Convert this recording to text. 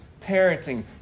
parenting